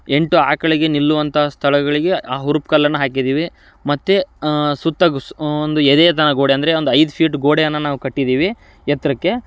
ಎಂಟು ಆಕಳಿಗೆ ನಿಲ್ಲುವಂತಹ ಸ್ಥಳಗಳಿಗೆ ಆ ಹುರುಪುಕಲ್ಲನ್ನು ಹಾಕಿದ್ದೀವಿ ಮತ್ತು ಸುತ್ತ ಸ್ ಒಂದು ಎದೇ ತನಕ ಗೋಡೆ ಅಂದರೆ ಒಂದು ಐದು ಫೀಟ್ ಗೋಡೆಯನ್ನು ನಾವು ಕಟ್ಟಿದ್ದೀವಿ ಎತ್ತರಕ್ಕೆ